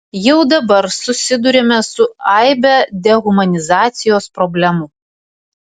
jau dabar susiduriame su aibe dehumanizacijos problemų